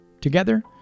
Together